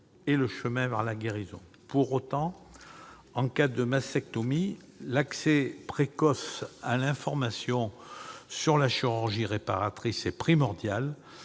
et le chemin vers la guérison. Pour autant, en cas de mastectomie, l'accès précoce à l'information sur la chirurgie réparatrice est primordial